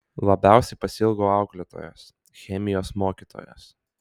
labiausiai pasiilgau auklėtojos chemijos mokytojos